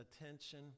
attention